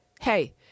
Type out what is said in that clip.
Hey